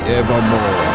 evermore